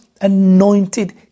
anointed